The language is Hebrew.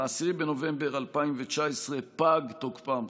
ב-10 בנובמבר 2019 פג תוקפם,